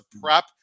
prep